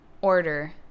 order